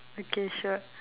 okay sure